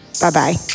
Bye-bye